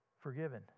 forgiven